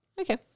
Okay